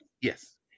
Yes